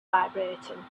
vibrating